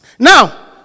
Now